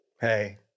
Hey